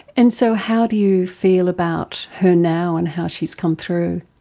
and so how do you feel about her now and how she's come through?